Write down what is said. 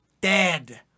dead